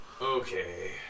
Okay